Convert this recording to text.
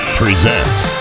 presents